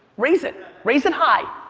raise it. raise it high.